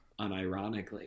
unironically